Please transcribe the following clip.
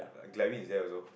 like Glarry is there also